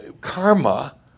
karma